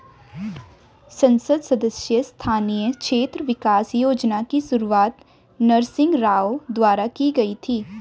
संसद सदस्य स्थानीय क्षेत्र विकास योजना की शुरुआत नरसिंह राव द्वारा की गई थी